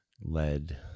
lead